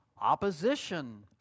opposition